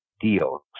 deals